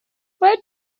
why